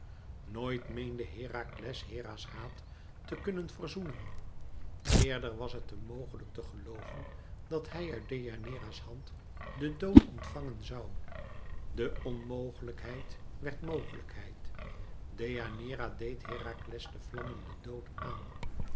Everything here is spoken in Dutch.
nooit meende herakles hera's haat te kunnen verzoenen eerder was het hem mogelijk te gelooven dat hij uit deianeira's hand den dood ontvangen zoû de onmogelijkheid werd mogelijkheid deianeira deed herakles den vlammenden dood aan